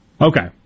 Okay